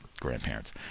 grandparents